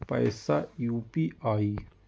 पैसा यू.पी.आई?